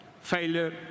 Failure